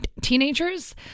teenagers